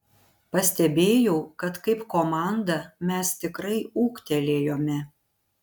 pastebėjau kad kaip komanda mes tikrai ūgtelėjome